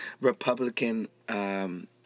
Republican